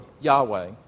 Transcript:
Yahweh